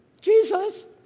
Jesus